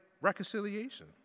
reconciliation